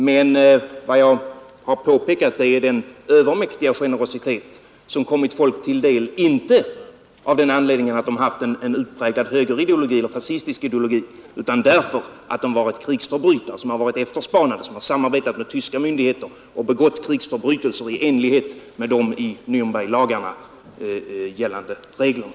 Men vad jag påpekat är den övermäktiga generositet som kommit folk till del, inte av den anledningen att de haft en utpräglad högerideologi eller fascistisk ideologi utan för att de varit krigsförbrytare som varit efterspanade och som samarbetat med tyska myndigheter och begått krigsförbrytelser enligt de i Nirnberglagarna fastställda reglerna.